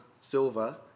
silver